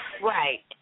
Right